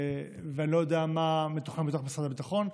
ואני לא יודע מה מתוכנן בתוך משרד הביטחון.